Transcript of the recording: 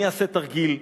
אני אעשה תרגיל.